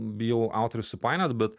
bijau autorius supainiot bet